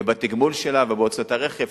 ובתגמול שלה ובהוצאות הרכב,